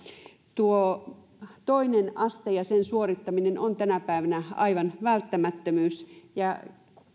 toinen aste ja sen suorittaminen on tänä päivänä aivan välttämättömyys ja